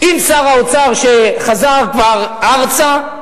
עם שר האוצר, שחזר כבר ארצה,